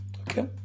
Okay